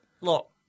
Look